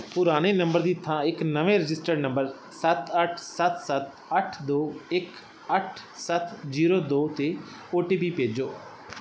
ਪੁਰਾਣੇ ਨੰਬਰ ਦੀ ਥਾਂ ਇੱਕ ਨਵੇਂ ਰਜਿਸਟਰਡ ਨੰਬਰ ਸੱਤ ਅੱਠ ਸੱਤ ਸੱਤ ਅੱਠ ਦੋ ਇੱਕ ਅੱਠ ਸੱਤ ਜ਼ੀਰੋ ਦੋ 'ਤੇ ਓ ਟੀ ਪੀ ਭੇਜੋ